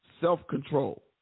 Self-control